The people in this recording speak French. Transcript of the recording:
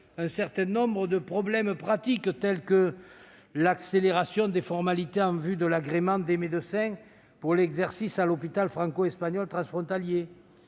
un certain nombre de problèmes pratiques, tels que l'accélération des formalités en vue de l'agrément des médecins pour l'exercice à l'hôpital franco-espagnol transfrontalier.